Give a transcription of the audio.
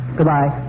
Goodbye